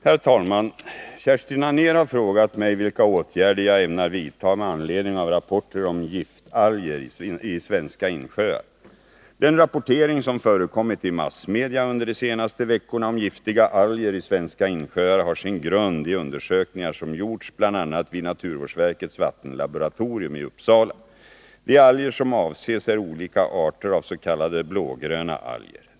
Herr talman! Kerstin Anér har frågat mig vilka åtgärder jag ämnar vidtaga med anledning av rapporter om giftalger i svenska insjöar. Den rapportering som förekommit i massmedia under de senaste veckorna om giftiga alger i svenska insjöar har sin grund i undersökningar som gjorts bl.a. vid naturvårdsverkets vattenlaboratorium i Uppsala. De alger som avses är olika arter avs.k. blågröna alger.